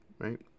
right